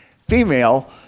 female